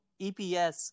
EPS